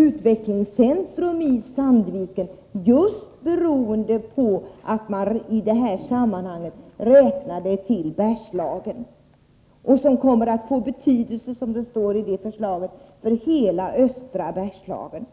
utvecklingscentrum i Sandviken som — just beroende på att man i det här sammanhanget räknar er till Bergslagen — kommer från styrelsen för teknisk utveckling. Detta kommer att få, som det står i förslaget, betydelse för hela östra Bergslagen.